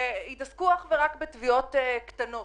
שיתעסקו אך ורק בתביעות קטנות.